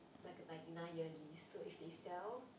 like a ninety nine year lease so if they sell